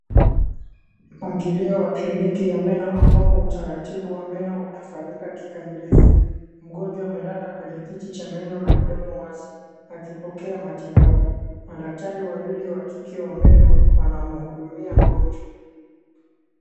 Mpangilio wa kliniki ya meno ambapo utaratibu wa meno unafanyika kikamilifu. Mgonjwa amelala kwenye kiti cha meno na mdomo wazi akipokea matibabu. Madaktari wawili wa kike wa meno wanamuhudumia mgonjwa.